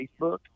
facebook